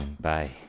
Bye